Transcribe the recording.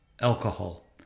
alcohol